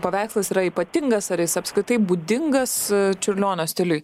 paveikslas yra ypatingas ar jis apskritai būdingas čiurlionio stiliui